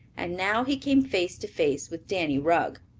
and now he came face to face with danny rugg.